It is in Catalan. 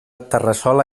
terrassola